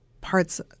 parts